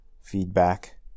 feedback